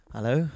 Hello